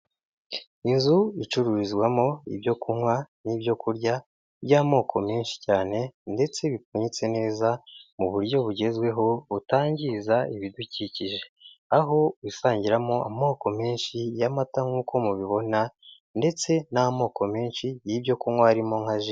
Inzu icururizwamo ibyo kunywa n'ibyo kurya by'amoko menshi cyane ndetse bipfunyitse neza mu buryo bugezweho, butangiza ibidukikije, aho wisangiramo amoko menshi y'amata nk'uko mubibona ndetse n'amoko menshi y'ibyo kunywa arimo nka ji.